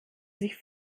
sich